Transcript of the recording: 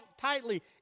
tightly